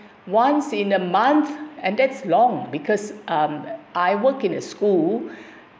once in a month and that's long because um I work in a school